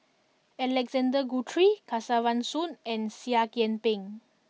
Alexander Guthrie Kesavan Soon and Seah Kian Peng